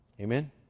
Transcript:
Amen